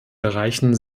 bereichen